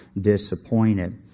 disappointed